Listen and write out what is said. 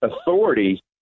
authority